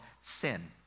sin